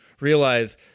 realize